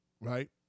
right